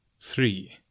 Three